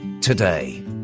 today